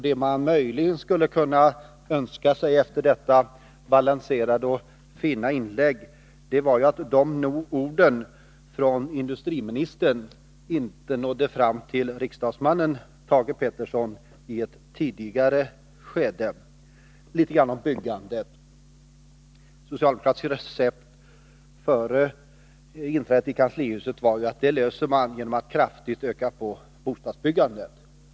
Det man möjligen skulle kunna önska sig efter detta balanserade och fina inlägg var att de orden från industriministern Thage Peterson hade nått fram till riksdagsmannen Thage Peterson i ett tidigare skede, dvs. i valrörelsen. Jag vill också säga litet grand om byggandet. Socialdemokraternas recept före inträdet i kanslihuset för att lösa problemen var att kraftigt öka bostadsbyggandet.